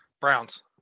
Browns